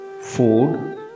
Food